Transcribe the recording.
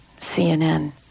cnn